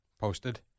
Posted